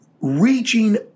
reaching